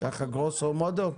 ככה גרוסו מודו?